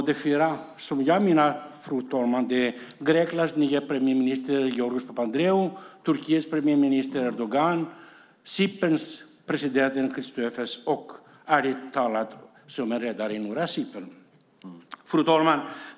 De fyra som jag talar om är, fru talman, Greklands nya premiärminister Georgios Papandreou, Turkiets premiärminister Erdogan, Cyperns president Christofias och Mehmet Ali Talat som är ledare för norra Cypern. Fru talman!